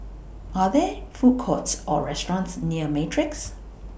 Are There Food Courts Or restaurants near Matrix